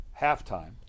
halftime